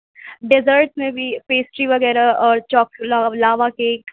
desert میں بھی pastry وغیرہ اور چوکلا لاوا کیک